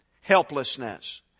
Helplessness